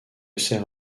serre